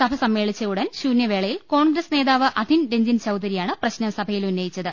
സഭ സമ്മേളിച്ച ഉടൻ ശൂന്യവേളയിൽ കോൺഗ്രസ് നേതാവ് അധിൻ രഞ്ജിൻ ചൌധരിയാണ് പ്രശ്നം സഭയിൽ ഉന്നയിച്ചത്